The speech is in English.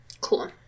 cool